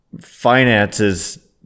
finances